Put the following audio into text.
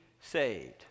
saved